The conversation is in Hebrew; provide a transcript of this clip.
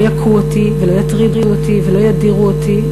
יכו אותי ולא יטרידו אותי ולא ידירו אותי,